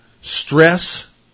stress